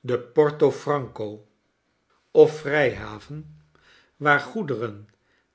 de porto franco of vrijhaven waar goederen